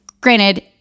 granted